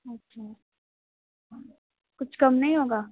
اچھا کچھ کم نہیں ہوگا